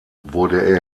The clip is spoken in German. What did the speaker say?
wurde